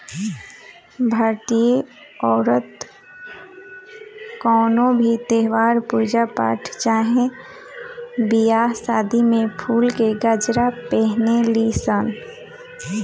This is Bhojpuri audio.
भारतीय औरत कवनो भी त्यौहार, पूजा पाठ चाहे बियाह शादी में फुल के गजरा पहिने ली सन